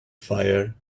fire